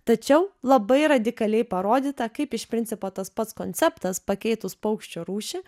tačiau labai radikaliai parodyta kaip iš principo tas pats konceptas pakeitus paukščio rūšį